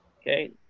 Okay